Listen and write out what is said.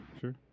sure